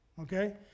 okay